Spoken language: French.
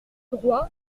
droit